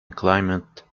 climate